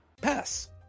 Pass